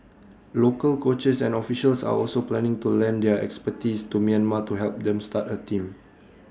local coaches and officials are also planning to lend their expertise to Myanmar to help them start A team